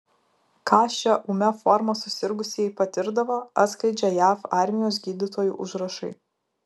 ką šia ūmia forma susirgusieji patirdavo atskleidžia jav armijos gydytojų užrašai